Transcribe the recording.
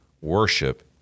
worship